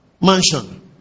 Mansion